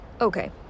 Okay